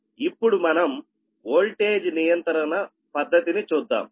ఇప్పుడు మనం ఓల్టేజ్ నియంత్రణ పద్ధతిని చూద్దాం